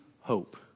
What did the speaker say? hope